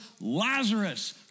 Lazarus